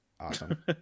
Awesome